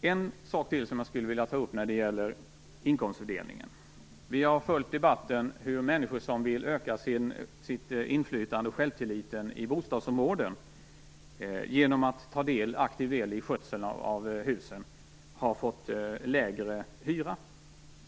Det finns en sak till som jag vill ta upp när det gäller inkomstfördelningen. Vi har följt debatten om hur människor som vill öka sitt inflytande och sin självtillit i bostadsområden genom att ta aktiv del i skötseln av husen har fått lägre hyra